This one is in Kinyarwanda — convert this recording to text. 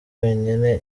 yonyene